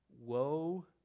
woe